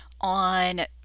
on